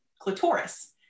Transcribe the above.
clitoris